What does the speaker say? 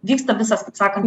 vyksta visas atsakant